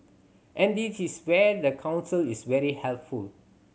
and this is where the Council is very helpful